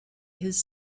his